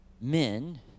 men